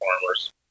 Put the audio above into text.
farmers